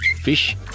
fish